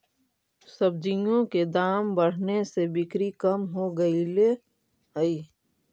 सब्जियों के दाम बढ़ने से बिक्री कम हो गईले हई